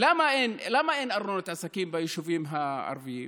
למה אין ארנונת עסקים ביישובים הערביים?